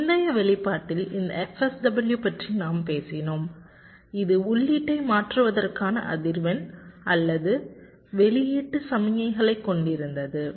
முந்தைய வெளிப்பாட்டில் இந்த fSW பற்றி நாம் பேசினோம் இது உள்ளீட்டை மாற்றுவதற்கான அதிர்வெண் அல்லது வெளியீட்டு சமிக்ஞைகளை கொண்டிருந்தது